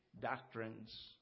doctrines